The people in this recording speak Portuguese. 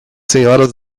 senhoras